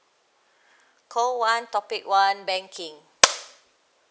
call one topic one banking